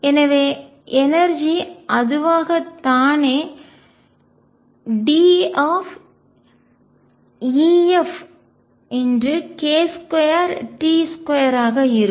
எனவே எனர்ஜிஆற்றல் அதுவாக தானே DFk2T2 ஆக இருக்கும்